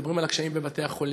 מדברים על הקשיים בבתי-החולים,